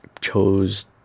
chose